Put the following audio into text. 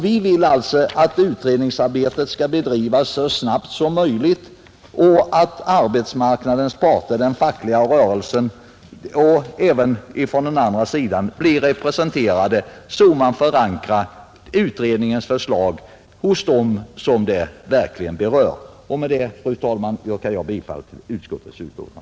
Vi vill alltså att utredningsarbetet skall bedrivas så snabbt som möjligt och att arbetsmarknadens parter blir representerade, så att man förankrar utredningens förslag hos dem som det verkligen berör. Fru talman! Med detta yrkar jag bifall till utskottets hemställan.